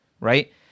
right